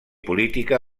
política